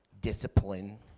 discipline